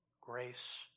Grace